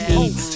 eat